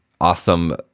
awesome